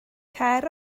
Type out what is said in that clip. cer